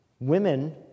Women